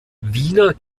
wiener